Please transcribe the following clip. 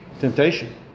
Temptation